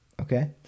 Okay